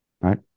Right